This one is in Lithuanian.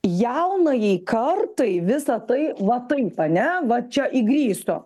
jaunajai kartai visa tai va taip ane va čia įgryso